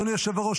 אדוני היושב-ראש,